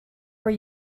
were